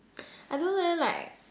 I don't know leh like